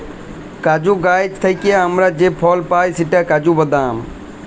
কাজু গাহাচ থ্যাইকে আমরা যে ফল পায় সেট কাজু বাদাম